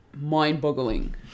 mind-boggling